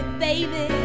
baby